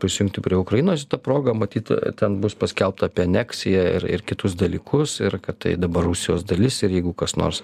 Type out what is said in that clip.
prisijungti prie ukrainos ir ta proga matyt ten bus paskelbta apie aneksiją ir ir kitus dalykus ir kad tai dabar rusijos dalis ir jeigu kas nors